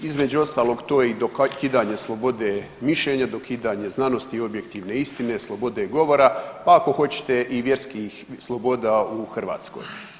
Između ostalog to je i dokidanje slobode mišljenja, dokidanje znanosti i objektivne istine, slobode govora pa ako hoćete i vjerskih sloboda u Hrvatskoj.